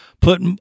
put